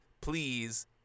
please